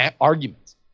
arguments